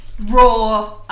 Raw